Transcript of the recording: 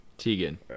Tegan